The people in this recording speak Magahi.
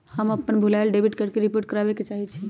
हम अपन भूलायल डेबिट कार्ड के रिपोर्ट करावे के चाहई छी